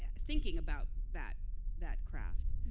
ah thinking about that that craft.